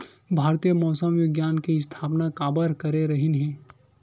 भारती मौसम विज्ञान के स्थापना काबर करे रहीन है?